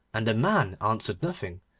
and the man answered nothing,